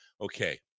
okay